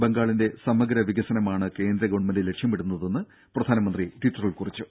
ബംഗാളിന്റെ സമഗ്ര വികസനമാണ് കേന്ദ്രഗവൺമെന്റ് ലക്ഷ്യമിടുന്നതെന്ന് പ്രധാനമന്ത്രി ട്വിറ്ററിൽ കുറിച്ചു